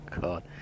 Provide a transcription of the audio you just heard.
God